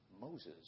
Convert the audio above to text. Moses